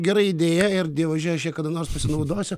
gera idėja ir dievaži aš ja kada nors pasinaudosiu